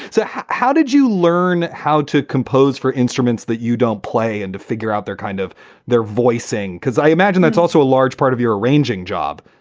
so how did you learn how to compose for instruments that you don't play and to figure out their kind of their voicing? because i imagine that's also a large part of your arranging job.